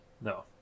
No